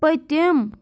پٔتِم